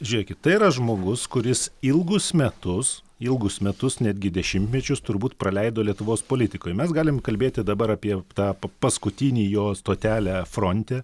žiūrėkit tai yra žmogus kuris ilgus metus ilgus metus netgi dešimtmečius turbūt praleido lietuvos politikoj mes galim kalbėti dabar apie tą pa paskutinį jo stotelę fronte